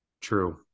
True